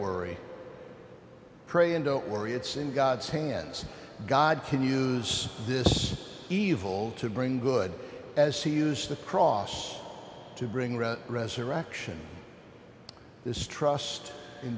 worry pray and don't worry it's in god's hands god can use this evil to bring good as he used to cross to bring red resurrection this trust in